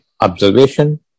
observation